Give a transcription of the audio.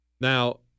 Now